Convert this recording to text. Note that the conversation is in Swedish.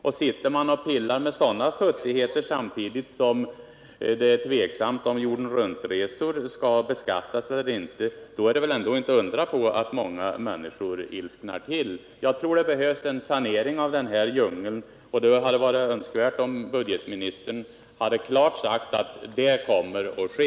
Och sitter man och pillar med sådana futtigheter, samtidigt som det är tveksamt om jorden-runt-resor skall beskattas eller inte, då är det väl inte att undra på att många människor ilsknar till. Jag tror att det behövs en sanering av den här djungeln, och det hade varit önskvärt att budgetministern klart hade sagt att det kommer att ske.